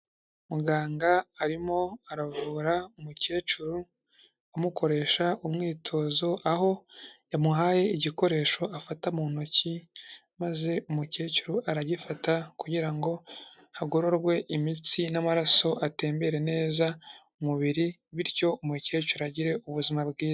Muganga arimo aravura umukecuru amukoresha umwitozo, aho yamuhaye igikoresho afata mu ntoki, maze umukecuru aragifata kugira ngo hagororwe imitsi n'amaraso atembere neza mu mubiri, bityo umukecuru agire ubuzima bwiza.